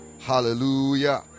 Hallelujah